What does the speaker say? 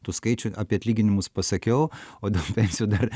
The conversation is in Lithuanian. tų skaičių apie atlyginimus pasakiau o dėl pensijų dar